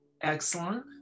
excellent